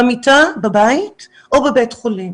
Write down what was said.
במיטה בבית או בבית חולים.